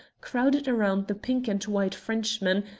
crowded round the pink-and-white frenchman,